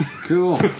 Cool